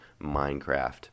Minecraft